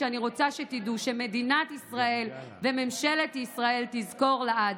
שאני רוצה שתדעו שמדינת ישראל וממשלת ישראל תזכור לעד.